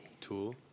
Tool